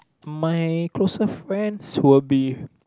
my closer friends would be